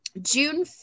June